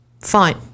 fine